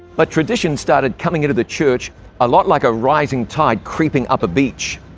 but traditions started coming into the church a lot like a rising tide creeping up a beach.